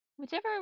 Whichever